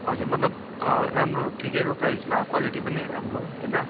हजुर मतलब राम्रो ठिकैको प्राइसमा क्वालिटी पनि राम्रो होइन